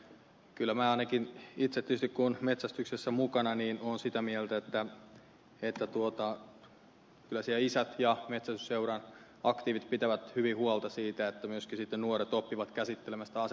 kyllä minä ainakin itse tietysti kun olen metsästyksessä mukana olen sitä mieltä että kyllä siellä isät ja metsästysseuran aktiivit pitävät hyvin huolta siitä että myöskin nuoret oppivat käsittelemään sitä asetta